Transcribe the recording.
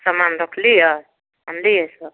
समान रखलिए आनलिए सब